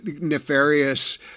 nefarious